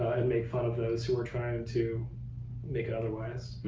and make fun of those who are trying to make it otherwise,